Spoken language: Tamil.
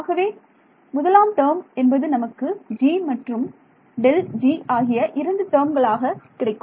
ஆகவே என்பது முதலாம் டேர்ம் என்பது நமக்கு g மற்றும் ∇g ஆகிய இரண்டு டேர்ம்களாக கிடைக்கும்